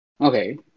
Okay